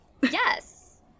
Yes